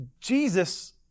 Jesus